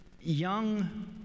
young